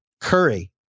Curry